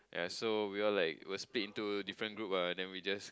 yeah so we all like will split into group ah then we just